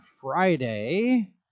friday